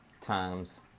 times